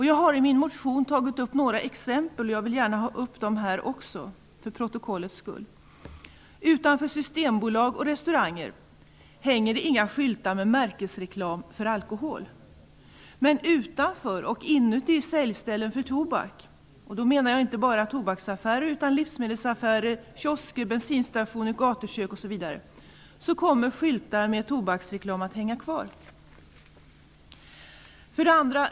Jag har i min motion tagit upp några exempel. Jag vill gärna ta upp dem här också för protokollets skull. Utanför Systembolag och restauranger hänger det inga skyltar med märkesreklam för alkohol. Men utanför och inuti säljställen för tobak -- då menar jag inte bara tobaksaffärer utan livsmedelsaffärer, kiosker, bensinstationer, gatukök osv. -- kommer skyltar med tobaksreklam att hänga kvar.